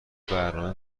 برنامه